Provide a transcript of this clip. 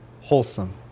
wholesome